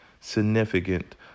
significant